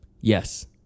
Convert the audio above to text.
Yes